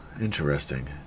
interesting